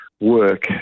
work